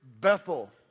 Bethel